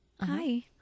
Hi